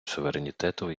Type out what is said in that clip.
суверенітету